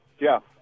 Jeff